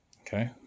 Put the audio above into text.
Okay